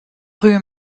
rue